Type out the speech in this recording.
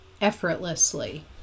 effortlessly